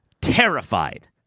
terrified